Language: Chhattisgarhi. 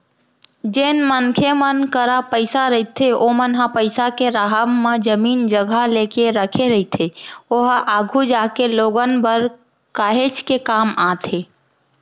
जेन मनखे मन करा पइसा रहिथे ओमन ह पइसा के राहब म जमीन जघा लेके रखे रहिथे ओहा आघु जागे लोगन बर काहेच के काम आथे